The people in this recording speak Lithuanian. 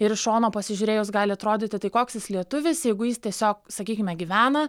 ir iš šono pasižiūrėjus gali atrodyti tai koks jis lietuvis jeigu jis tiesiog sakykime gyvena